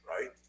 right